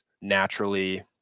naturally